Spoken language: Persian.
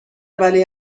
ولی